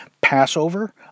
Passover